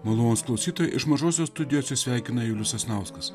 malonūs klausytojai iš mažosios studijos jus sveikina julius sasnauskas